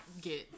get